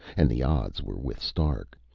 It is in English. and the odds were with stark.